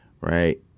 right